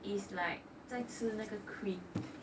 is like 再吃那个 cream